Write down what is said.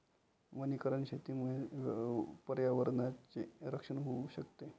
वनीकरण शेतीमुळे पर्यावरणाचे रक्षण होऊ शकते